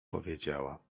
powiedziała